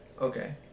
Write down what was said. okay